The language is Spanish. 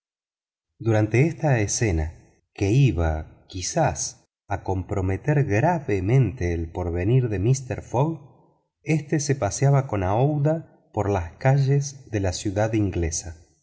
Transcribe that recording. durante esta escena que iba quizá a comprometer gravemente el porvenir de mister fogg éste se paseaba con aouida por las calles de la ciudad inglesa